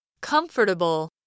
comfortable